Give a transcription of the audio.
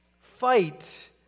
Fight